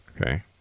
Okay